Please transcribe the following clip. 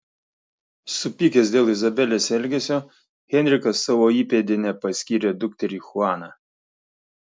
supykęs dėl izabelės elgesio henrikas savo įpėdine paskyrė dukterį chuaną